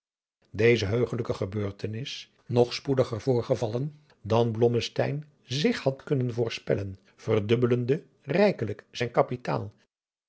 deze heugelijke gebeurtenis nog spoediger voorgevallen dan blommesteyn zich had kunnen voorspellen verdubbelde rijkelijk zijn kapitaal